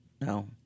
No